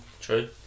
True